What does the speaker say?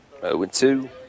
0-2